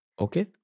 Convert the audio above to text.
Okay